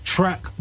Track